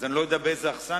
אז אני לא יודע באיזו אכסניה,